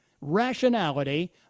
rationality